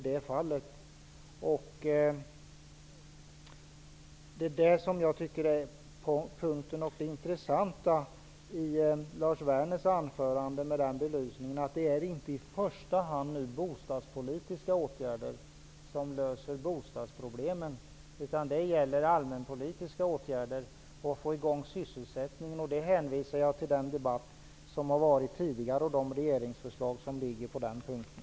Detta var det intressanta i Lars Werners anförande. Det är inte i första hand bostadspolitiska åtgärder som skall lösa bostadsproblemen, utan det gäller allmänpolitiska åtgärder. Det gäller att få i gång sysselsättningen. Därvid hänvisar jag till den debatt som har förts tidigare och de regeringsförslag som framlagts på den punkten.